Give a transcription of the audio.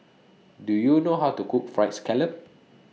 Do YOU know How to Cook Fried Scallop